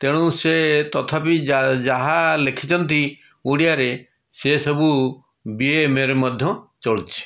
ତେଣୁ ସେ ତଥାପି ଯାହା ଲେଖିଛନ୍ତି ଓଡ଼ିଆରେ ସିଏ ସବୁ ବି ଏ ଏମରେ ମଧ୍ୟ ଚଳୁଛି